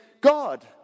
God